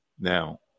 Now